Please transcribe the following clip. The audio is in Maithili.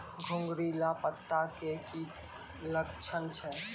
घुंगरीला पत्ता के की लक्छण छै?